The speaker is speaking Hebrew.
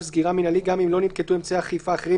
סגירה מינהלי גם אם לא ננקטו אמצעי אכיפה אחרי,